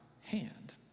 hand